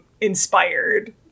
inspired